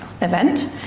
event